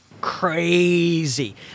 Crazy